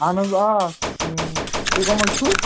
اَہَن حظ آ تُہۍ کٕم حظ چھُو